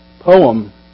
poem